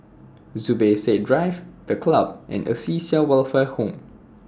Zubir Said Drive The Club and Acacia Welfare Home